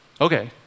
Okay